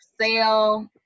sale